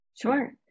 Sure